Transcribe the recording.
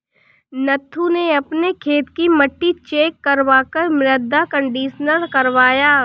नथु ने अपने खेत की मिट्टी चेक करवा कर मृदा कंडीशनर करवाया